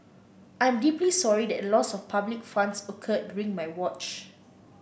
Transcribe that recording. I am deeply sorry that a loss of public funds occurred during my watch